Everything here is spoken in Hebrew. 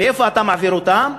לאיפה אתה מעביר אותם?